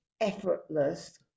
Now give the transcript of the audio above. effortless